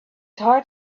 heart